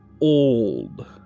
old